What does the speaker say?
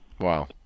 Wow